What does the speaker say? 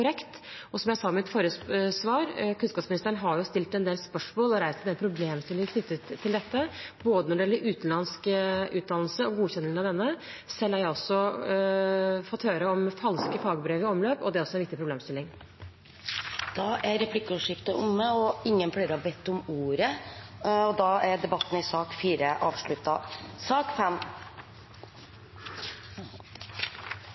Som jeg sa i mitt forrige svar: Kunnskapsministeren har stilt en rekke spørsmål og reist en del problemstillinger knyttet til dette, både når det gjelder utenlandsk utdannelse og godkjenningen av denne. Selv har jeg fått høre om falske fagbrev i omløp, og det er også en viktig problemstilling. Replikkordskiftet er omme. Flere har ikke bedt om ordet til sak nr. 4. Etter ønske fra arbeids- og